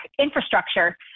infrastructure